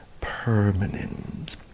permanent